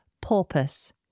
porpoise